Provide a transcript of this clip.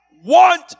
want